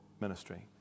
ministry